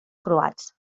croats